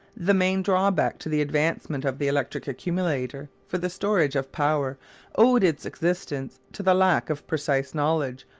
the main drawback to the advancement of the electric accumulator for the storage of power owed its existence to the lack of precise knowledge,